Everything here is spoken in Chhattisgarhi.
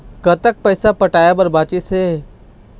कतक पैसा पटाए बर बचीस हे?